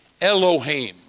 Elohim